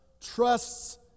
trusts